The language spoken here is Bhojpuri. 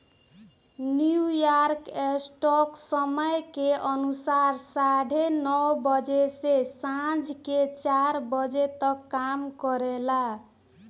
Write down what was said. न्यूयॉर्क स्टॉक समय के अनुसार साढ़े नौ बजे से सांझ के चार बजे तक काम करेला